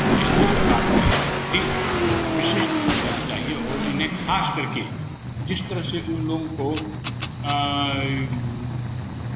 इसलिए सरकार को इसके प्रति विशेष ध्यान देना चाहिए और इन्हें खास करके जिस तरह से उन लोगों को